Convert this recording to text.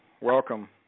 Welcome